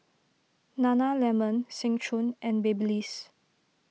Nana Lemon Seng Choon and Babyliss